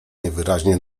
najwyraźniej